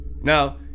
Now